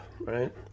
right